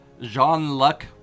Jean-Luc